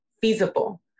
feasible